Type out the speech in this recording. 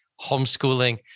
homeschooling